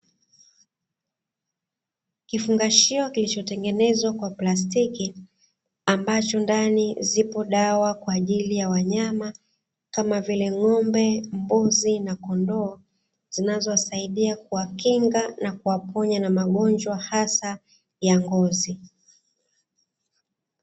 Kifungashio kilichotengenezwa kwa plastiki, ambacho ndani zipo dawa kwa ajili ya wanyama kama vile ng'ombe, mbuzi na kondoo zinazo wasaidia kuwakinga na kuwaponya na magonjwa hasa ya ngozi.